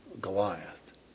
Goliath